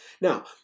Now